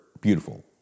beautiful